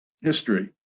history